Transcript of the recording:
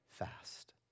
fast